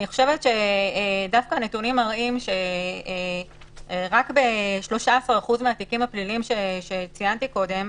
אני חושבת שדווקא הנתונים מראים שרק ב-13% התיקים הפליליים שציינתי קודם